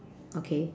okay